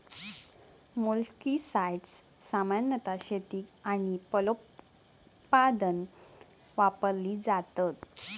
मोलस्किसाड्स सामान्यतः शेतीक आणि फलोत्पादन वापरली जातत